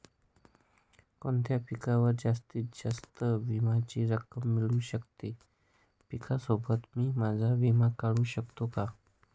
कोणत्या पिकावर जास्तीत जास्त विम्याची रक्कम मिळू शकते? पिकासोबत मी माझा विमा काढू शकतो का?